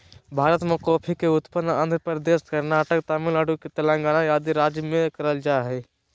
भारत मे कॉफी के उत्पादन आंध्र प्रदेश, कर्नाटक, तमिलनाडु, तेलंगाना आदि राज्य मे करल जा हय